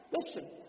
Listen